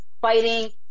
fighting